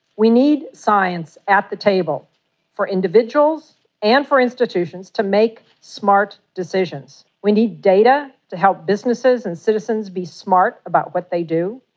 we need science at the table for individuals and for institutions to make smart decisions. we need data to help businesses and citizens be smart about what they do.